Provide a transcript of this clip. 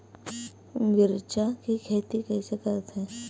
मिरचा के खेती कइसे करथे?